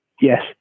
Yes